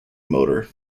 motor